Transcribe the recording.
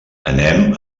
anem